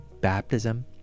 baptism